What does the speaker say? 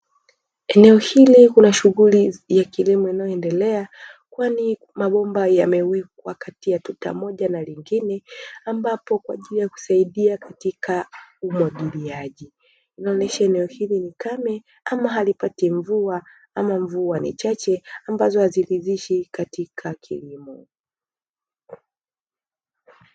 Eneo hili kuna shughuli ya kilimo inayoendelea kwani mabomba yamewekwa kati ya tuta moja na lingine ambapo kwa ajili ya kusaidia katika umwagiliaji, inaonyesha eneo hili ni kame ama halipati mvua ama mvua ni chache ambazo haziridhishi katika kilimo.